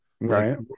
right